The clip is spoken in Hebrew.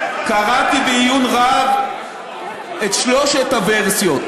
קראתי בעיון רב את שלוש הוורסיות,